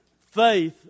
faith